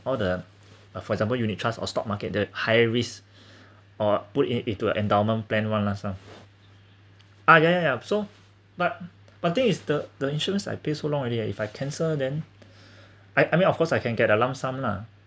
all the uh for example unit trusts or stock market the higher risk or put it into a endowment plan [one] lah so ah ya ya ya so but but thing is the the insurance I pay so long already ha if I cancel then I I mean of course I can get a lump sum lah